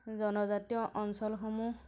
জনজাতীয় অঞ্চলসমূহ